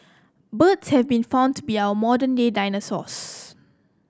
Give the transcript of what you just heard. birds have been found to be our modern day dinosaurs